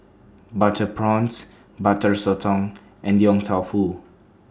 Butter Prawns Butter Sotong and Yong Tau Foo